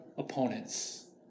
opponents